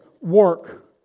work